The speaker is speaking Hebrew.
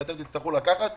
ואתם תצטרכו לקחת גם.